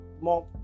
more